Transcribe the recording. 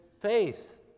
faith